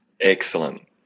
Excellent